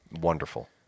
wonderful